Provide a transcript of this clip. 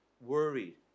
Worried